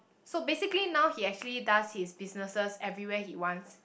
so basically now he actually does his businesses everywhere he wants